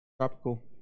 Tropical